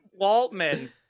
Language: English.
Waltman